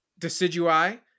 Decidui